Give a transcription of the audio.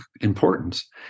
importance